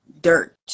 dirt